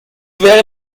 wäre